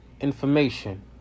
Information